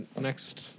next